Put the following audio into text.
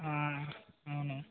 ఆయ్ అవును